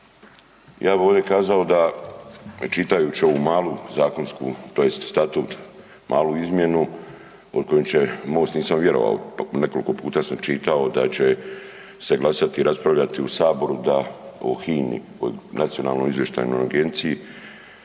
Ja bih ovdje kazao da čitajući malu zakonsku, tj. statut malu izmjenu o kojem će Most, nisam vjerovao nekoliko puta sam čitao da će se glasati i raspravljati u Saboru o HINA-i Nacionalnoj izvještajno agenciji